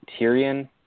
Tyrion